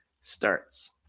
starts